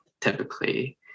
typically